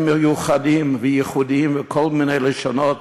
מיוחדים וייחודיים וכל מיני לשונות